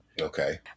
Okay